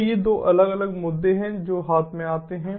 तो ये 2 अलग अलग मुद्दे हैं जो हाथ में आते हैं